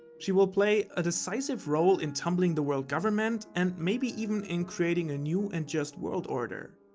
she will play a decisive role in tumbling the world government and maybe even in creating a new and just world order.